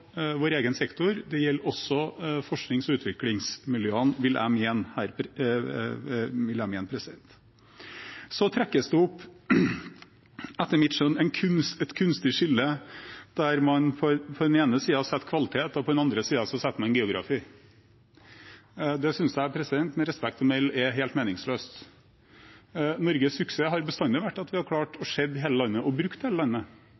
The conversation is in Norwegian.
vår egen sektor – det gjelder også forsknings- og utviklingsmiljøene, vil jeg mene. Så trekkes det opp noe som etter mitt skjønn er et kunstig skille, der man på ene siden setter kvalitet og på den andre siden setter geografi. Det synes jeg med respekt å melde er helt meningsløst. Norges suksess har bestandig vært at vi har klart å se hele landet